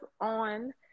on